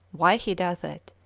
why he doth it,